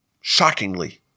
Shockingly